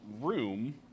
room